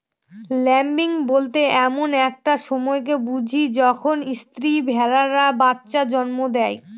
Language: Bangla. ল্যাম্বিং বলতে এমন একটা সময়কে বুঝি যখন স্ত্রী ভেড়ারা বাচ্চা জন্ম দেয়